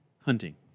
hunting